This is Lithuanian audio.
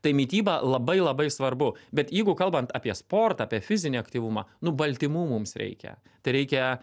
tai mityba labai labai svarbu bet jeigu kalbant apie sportą apie fizinį aktyvumą nu baltymų mums reikia tai reikia